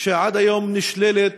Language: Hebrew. עד היום נשללת